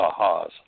ahas